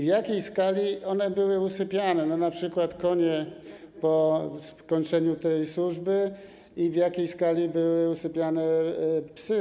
W jakiej skali one były usypiane, np. konie po skończeniu tej służby, i w jakiej skali były usypiane psy?